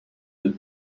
یادت